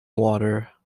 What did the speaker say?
water